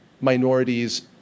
minorities